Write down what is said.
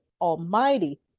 almighty